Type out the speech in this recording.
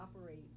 operate